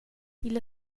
illa